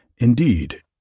Indeed